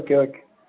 okay okay